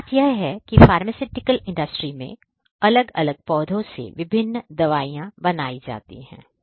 तो बात यह है कि फार्मास्युटिकल इंडस्ट्री में अलग अलग पौधों से विभिन्न दवाइयाँ बनाई जाती है